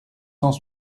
cent